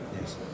Yes